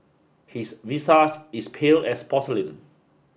his visage is pale as porcelain